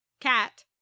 Cat